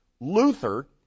Luther